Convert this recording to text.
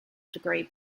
degree